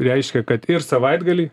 reiškia kad ir savaitgalį